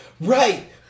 Right